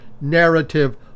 narrative